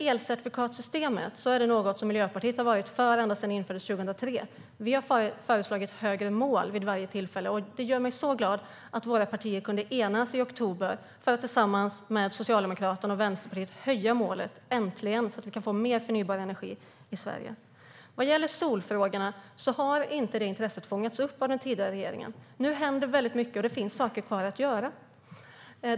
Elcertifikatssystemet är något som Miljöpartiet har varit för ända sedan det infördes 2003. Vi har föreslagit högre mål vid varje tillfälle, och det gör mig så glad att våra partier kunde enas i oktober för att tillsammans med Socialdemokraterna och Vänsterpartiet äntligen höja målet så att vi kan få mer förnybar energi i Sverige. Intresset för solfrågorna har inte fångats upp av den tidigare regeringen. Nu händer mycket, och det finns saker kvar att göra.